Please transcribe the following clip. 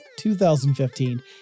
2015